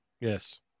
Yes